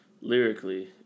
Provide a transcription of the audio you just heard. Lyrically